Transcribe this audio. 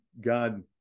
God